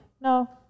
no